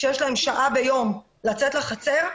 כשיש להם שעה ביום לצאת לחצר,